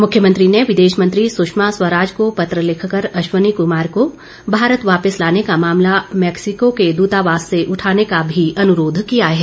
मुख्यमंत्री ने विदेश मंत्री सुषमा स्वराज को पत्र लिखकर अश्वनी कुमार को भारत वापिस लाने का मामला मैक्सिको के दुतावास से उठाने का अनुरोध भी किया है